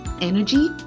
energy